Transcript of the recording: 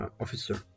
officer